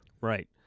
Right